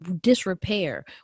disrepair